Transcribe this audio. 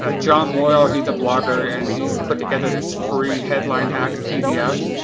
ah jon morrow, he's a blogger, and he's put together this free headline hacks pdf.